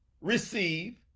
receive